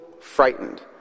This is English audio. frightened